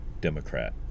Democrat